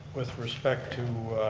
with respect to,